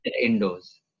Indoors